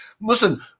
Listen